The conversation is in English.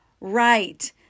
right